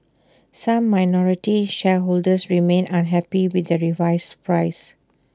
some minority shareholders remain unhappy with the revised price